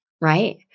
right